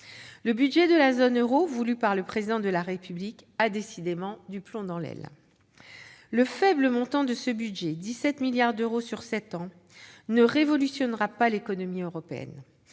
Le budget de la zone euro voulu par le Président de la République a décidément du plomb dans l'aile ! Le faible montant de ce budget- 17 milliards d'euros sur sept ans -ne révolutionnera pas l'économie européenne.